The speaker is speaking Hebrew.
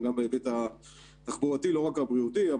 בהיבט התחבורתי לא רק הבריאותי,